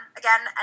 again